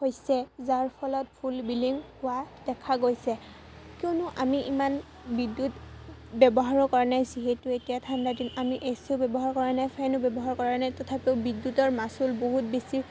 হৈছে যাৰ ফলত ফুল বিলিং হোৱা দেখা গৈছে কিয়নো আমি ইমান বিদ্যুৎ ব্যৱহাৰো কৰা নাই যিহেতু এতিয়া ঠাণ্ডাদিন আমি এ চিও ব্যৱহাৰ কৰা নাই ফেনো ব্যৱহাৰ কৰা নাই তথাপিও বিদ্যুতৰ মাচুল বহুত বেছি